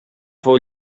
fou